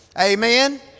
Amen